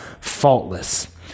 faultless